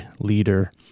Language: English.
leader